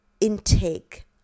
intake